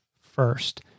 first